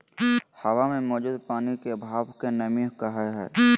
हवा मे मौजूद पानी के भाप के नमी कहय हय